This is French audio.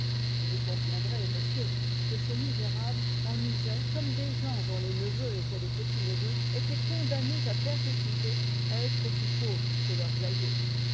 vous conviendrez monsieur que ces misérables en usaient comme des gens dont les neveux et les petits neveux étaient condamnés à perpétuité à être aussi pauvres que leurs aïeux